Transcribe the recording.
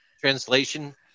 translation